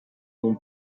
nom